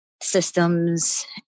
systems